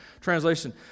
Translation